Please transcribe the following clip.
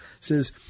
says